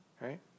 right